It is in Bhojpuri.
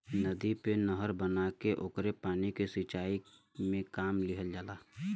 नदी पे नहर बना के ओकरे पानी के सिंचाई में काम लिहल जाला